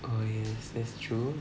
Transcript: oh yes that's true